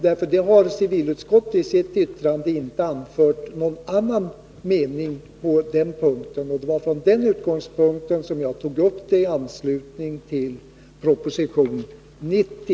Inte heller civilutskottet har i sitt yttrande anfört någon annan mening på den punkten, och det var från den utgångspunkten jag i mitt anförande tog upp detta i anslutning till proposition 90.